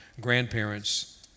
grandparents